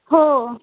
हो